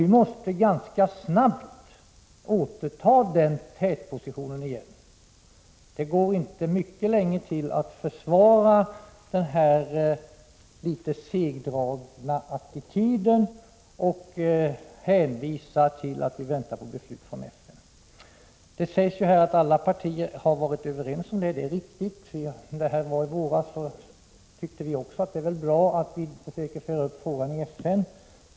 Vi måste ganska snabbt återta vår tätposition igen. Det går inte mycket länge till att försvara vår litet segdragna attityd med hänvisning till att vi väntar på beslut från FN. Det sägs här att alla partier har varit överens om denna attityd, och det är riktigt. I våras tyckte också vi att det väl är bra att vårt land försöker föra upp frågan i FN.